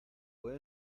puede